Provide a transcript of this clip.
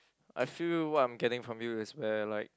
I feel what I'm getting from you is where like